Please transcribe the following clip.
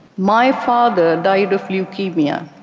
my father died of leukemia.